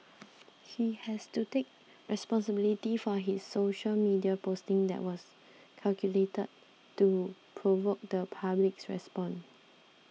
he has to take responsibility for his social media posting that was calculated to provoke the public's response